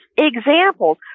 examples